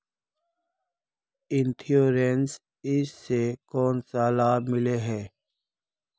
Insurance इस से कोन सा लाभ मिले है?